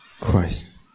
Christ